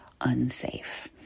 unsafe